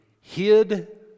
hid